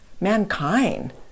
mankind